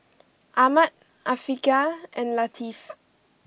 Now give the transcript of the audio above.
Ahmad Afiqah and Latif